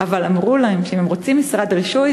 אבל אמרו להם שאם הם רוצים משרד רישוי,